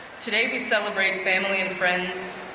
today, we celebrate family and friends,